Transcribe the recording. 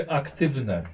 aktywne